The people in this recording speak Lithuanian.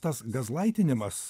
tas gazlaitinimas